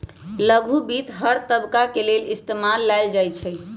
लघु वित्त हर तबका के लेल इस्तेमाल में लाएल जाई छई